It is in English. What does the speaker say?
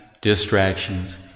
distractions